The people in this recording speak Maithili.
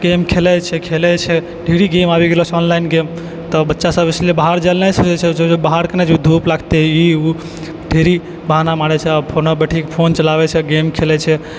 गेम खेलै छै खेलै छै ढेरी गेम आबि गेलऽ छै ऑनलाइन गेम तऽ बच्चासब इसलिए बाहर जाइलए नहि चाहै छै बाहर कखने जेबै तऽ धूप लागतै ई उ ढेरी बहाना मारै छै ओहिना बैठिकऽ फोन चलाबै छै गेम खेलै छै